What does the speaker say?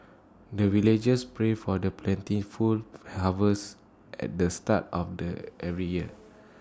the villagers pray for the plentiful harvest at the start of the every year